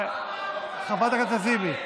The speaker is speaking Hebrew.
חברת הכנסת לזימי,